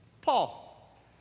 Paul